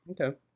Okay